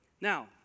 Now